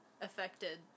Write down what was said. affected